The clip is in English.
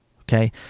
okay